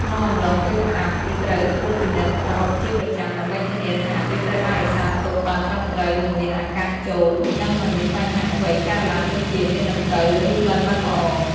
ក្នុងអំឡុងពេលផ្អាប់ គេត្រូវត្រួតពិនិត្យប្រហុកជាប្រចាំ ដើម្បីធានាថាវាត្រូវបានរក្សាទុកបានត្រឹមត្រូវ មិនមានអាកាសចូល និងមិនមានបញ្ហាអ្វីកើតឡើង ដូចជា មានដង្កូវ ឬក្លិនមិនល្អ។